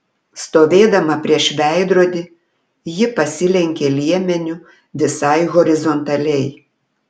stovėdama prieš veidrodį ji pasilenkė liemeniu visai horizontaliai